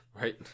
right